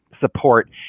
support